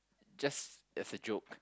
just as a joke